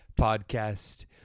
podcast